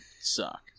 suck